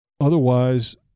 Otherwise